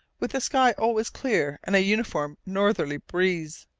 with a sky always clear and a uniform northerly breeze.